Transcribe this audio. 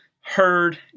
heard